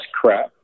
crap